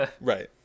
Right